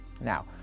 Now